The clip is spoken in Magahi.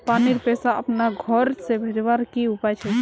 पानीर पैसा अपना घोर से भेजवार की उपाय छे?